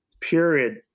period